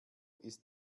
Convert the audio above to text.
ist